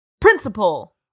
Principal